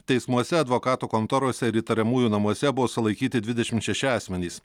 teismuose advokatų kontorose ir įtariamųjų namuose buvo sulaikyti dvidešimt šeši asmenys